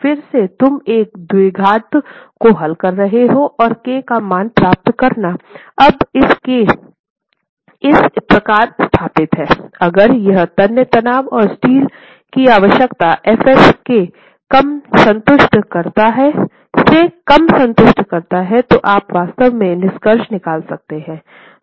फिर से तुम एक द्विघात को हल कर रहे हो और k का मान प्राप्त करना अब यह k इस प्रकार स्थापित है अगर यह तन्य तनाव और स्टील की आवश्यकता Fs से कम संतुष्ट करता है तो आप वास्तव में निष्कर्ष निकाल सकते हैं